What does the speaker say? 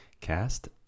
cast